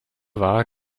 war